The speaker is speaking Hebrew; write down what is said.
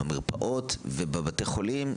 אם זה במרפאות ובבתי חולים,